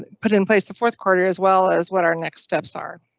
put in place to fourth quarter as well as what our next steps are.